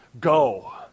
go